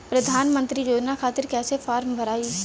प्रधानमंत्री योजना खातिर कैसे फार्म भराई?